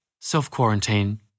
self-quarantine